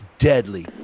deadly